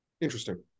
interesting